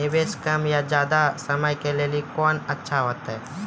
निवेश कम या ज्यादा समय के लेली कोंन अच्छा होइतै?